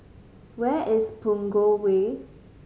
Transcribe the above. where is Punggol Way